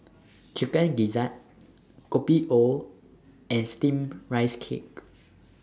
Chicken Gizzard Kopi O and Steamed Rice Cake